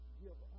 give